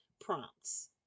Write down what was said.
prompts